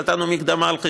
כי נתנו מקדמה על חשבוננו.